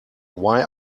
why